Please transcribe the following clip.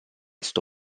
sto